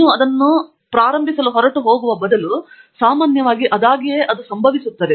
ನೀವು ಅದನ್ನು ಪ್ರಾರಂಭಿಸಲು ಹೊರಟು ಹೋಗುವ ಬದಲು ಸಾಮಾನ್ಯವಾಗಿ ಸಂಭವಿಸುತ್ತದೆ